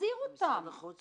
ומשרד החוץ